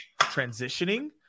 transitioning